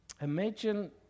Imagine